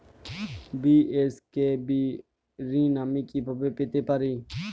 BSKB ঋণ আমি কিভাবে পেতে পারি?